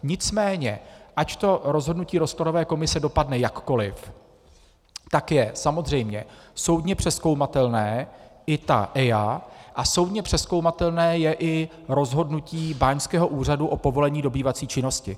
Nicméně ať to rozhodnutí rozkladové komise dopadne jakkoliv, tak je samozřejmě soudně přezkoumatelné, i ta EIA, a soudně přezkoumatelné je i rozhodnutí báňského úřadu o povolení dobývací činnosti.